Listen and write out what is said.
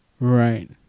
Right